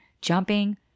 jumping